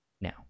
now